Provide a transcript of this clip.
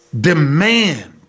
demand